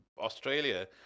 Australia